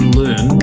learn